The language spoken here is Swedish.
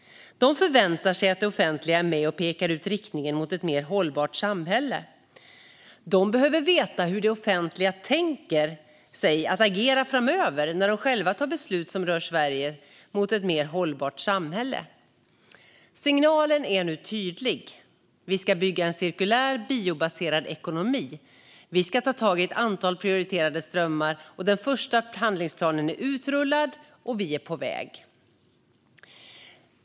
De förväntar sig att det offentliga är med och pekar ut riktningen mot ett mer hållbart samhälle. De behöver veta hur det offentliga tänker sig att agera framöver när de själva tar beslut som rör Sverige mot ett mer hållbart samhälle. Signalen är nu tydlig. Vi ska bygga en cirkulär biobaserad ekonomi. Vi ska ta tag i ett antal prioriterade strömmar. Den första handlingsplanen är utrullad, och vi är på väg.